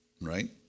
Right